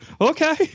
okay